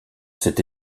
cette